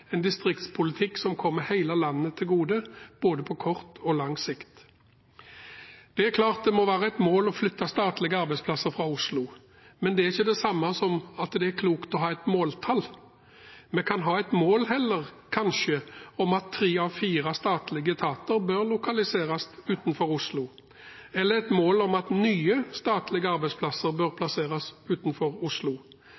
en distriktspolitikk som kommer hele landet til gode, både på kort og lang sikt. Det er klart det må være et mål å flytte statlige arbeidsplasser fra Oslo, men det er ikke det samme som at det er klokt å ha et måltall. Vi kan heller ha et mål, kanskje, om at tre av fire statlige etater bør lokaliseres utenfor Oslo, eller et mål om at nye, statlige arbeidsplasser bør